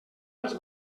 els